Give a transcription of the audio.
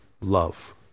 love